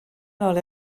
nôl